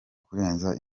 kurenza